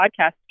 podcast